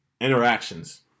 interactions